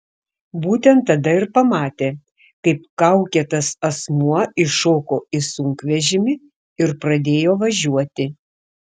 būtent tada ir pamatė kaip kaukėtas asmuo įšoko į sunkvežimį ir pradėjo važiuoti